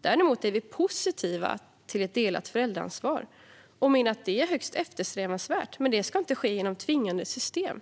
Däremot är vi positiva till ett delat föräldraansvar och menar att det är högst eftersträvansvärt. Men det ska inte ske genom tvingande system.